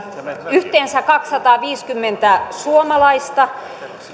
yhteensä kaksisataaviisikymmentä suomalaista